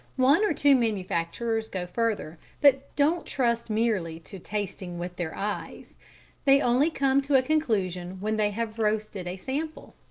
one or two manufacturers go further, but don't trust merely to tasting with their eyes they only come to a conclusion when they have roasted a sample.